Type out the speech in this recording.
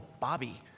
Bobby